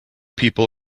people